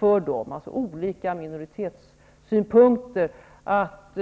Därigenom kunde olika minoriteter